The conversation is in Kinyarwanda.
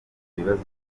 ibibazo